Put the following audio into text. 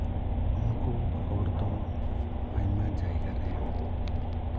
ᱩᱱᱠᱩ ᱦᱚᱲ ᱫᱚ ᱟᱭᱢᱟ ᱡᱟᱭᱜᱟ ᱨᱮ